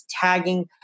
tagging